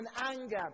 anger